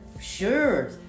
Sure